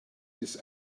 this